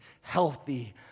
healthy